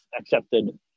accepted